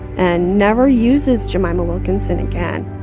and never uses jemima wilkinson again